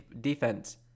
defense